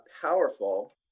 powerful